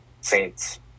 Saints